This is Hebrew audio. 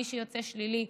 ומי שיוצא שלילי,